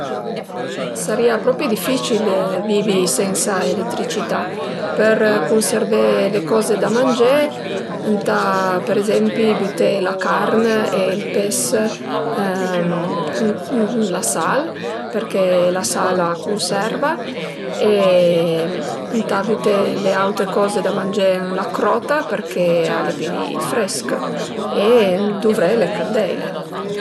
A sërìa propi dificil vivi sensa eletricità. Për cunservé le coze da mangé ëntà për ezempi büté la carn e ël pes ën la sal përché la sal a cunserva e ëntà büté le autre coze da mangé ën la crota përché al e pi frësc e duvré le candeile